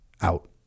out